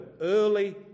early